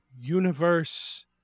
Universe